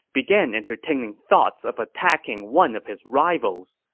began entertaining thoughts of attacking one of his rivals.